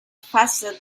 faster